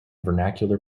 vernacular